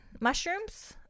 mushrooms